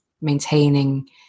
maintaining